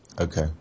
Okay